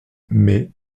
mais